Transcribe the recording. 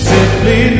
Simply